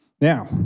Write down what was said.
Now